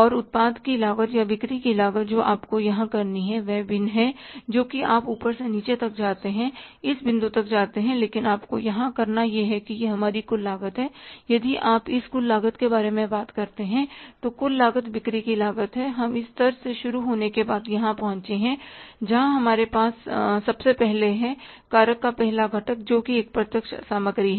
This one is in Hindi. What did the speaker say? और उत्पाद की लागत या बिक्री की लागत जो आपको यहां करनी है वह भिन्न है जो कि आप ऊपर से नीचे तक आते हैं इस बिंदु तक आते हैं लेकिन आपको यहां करना यह है कि यह हमारी कुल लागत है और यदि आप इस कुल लागत के बारे में बात करते हैं तो कुल लागत बिक्री की लागत है हम इस स्तर से शुरू होने के बाद यहां पहुंचे हैं जहां हमारे पास सबसे पहले है कारक का पहला घटक जो कि एक प्रत्यक्ष सामग्री है